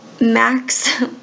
Max